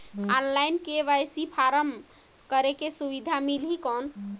Online KYC form करेके सुविधा मिली कौन?